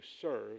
serve